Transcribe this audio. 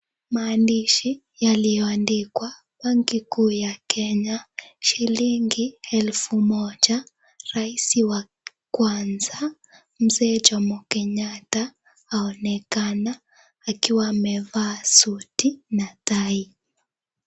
Maandishi yaliyoandikwa banki kuu ya Kenya shilingi elfu moja raisi wa kwanza mzee Jomo Kenyatta aonekana akiwa amevaa suti na tai.